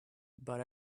but